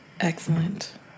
excellent